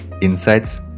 insights